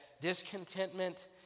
discontentment